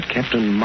Captain